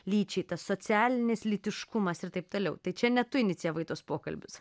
lyčiai tas socialinis lytiškumas irtaip toliau tai čia ne tu inicijavai tuos pokalbius